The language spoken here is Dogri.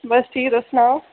बस ठीक तुस सनाओ